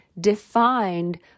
defined